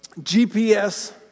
GPS